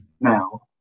now